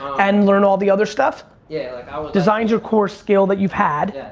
and learn all the other stuff? yeah like designs your core skill that you've had.